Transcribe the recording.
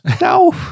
No